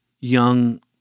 young